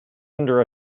under